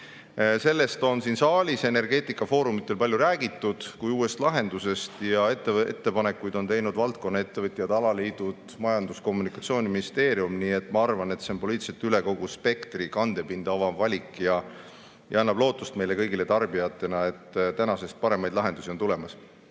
Sellest on siin saalis energeetikafoorumitel palju räägitud kui uuest lahendusest ja ettepanekuid on teinud valdkonna ettevõtjad, alaliidu ning Majandus- ja Kommunikatsiooniministeerium. Nii et ma arvan, et see on poliitiliselt üle kogu spektri kandepinda omav valik ja annab lootust meile kõigile tarbijatena, et paremaid lahendusi on tulemas.